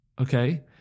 Okay